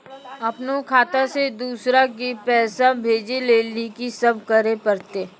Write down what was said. अपनो खाता से दूसरा के पैसा भेजै लेली की सब करे परतै?